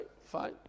fine